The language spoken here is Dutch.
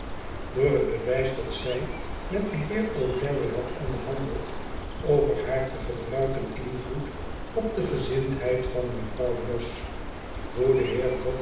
door het bewijs dat zij met den heer o'bleary had onderhandeld over haar te gebruiken invloed op de gezindheid van mevrouw bloss hoe de